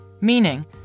Meaning